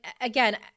again